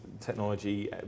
technology